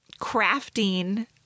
crafting